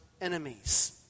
enemies